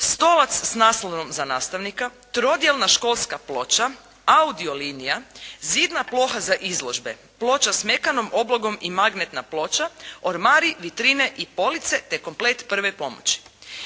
Stolac sa naslonom za nastavnika. Trodjelna školska ploča, audio linija, zidna ploha za izložbe, ploča sa mekanom oblogom i magnetna ploča, ormari, vitrine i police, te komplet prve pomoći.